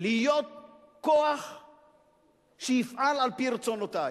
להיות כוח שיפעל על-פי רצונותי.